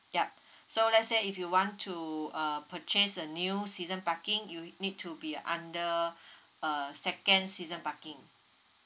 yup so let's say if you want to uh purchase a new season parking you need to be under uh second season parking